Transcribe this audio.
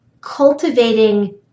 cultivating